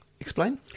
Explain